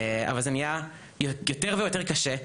אבל זה נהיה יותר ויותר קשה,